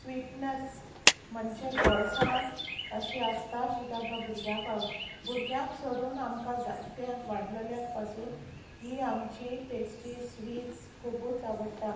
sweetness म्हणजे गोडसाण अशी आसता जी तांकां भुरग्यांक वा भुरग्यांक सोडून आमकां जाणट्यांक वाडलेल्यांक पासून ही आमची पेस्ट्री स्विट्स खुबूच आवडटा